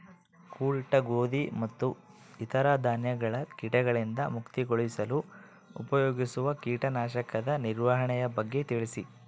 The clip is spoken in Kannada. ಕೂಡಿಟ್ಟ ಗೋಧಿ ಮತ್ತು ಇತರ ಧಾನ್ಯಗಳ ಕೇಟಗಳಿಂದ ಮುಕ್ತಿಗೊಳಿಸಲು ಉಪಯೋಗಿಸುವ ಕೇಟನಾಶಕದ ನಿರ್ವಹಣೆಯ ಬಗ್ಗೆ ತಿಳಿಸಿ?